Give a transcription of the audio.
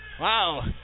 wow